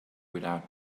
without